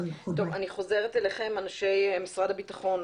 אני חוזרת אליכם אנשי משרד הביטחון,